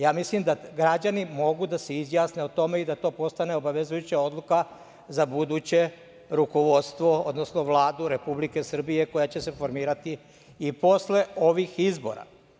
Ja mislim da građani mogu da se izjasne o tome i da to postane obavezujuća odluka za buduće rukovodstvo, odnosno Vladu Republike Srbije koja će se formirati i posle ovih izbora.